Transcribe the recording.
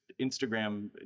Instagram